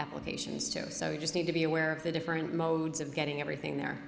applications too so you just need to be aware of the different modes of getting everything there